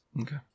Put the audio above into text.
Okay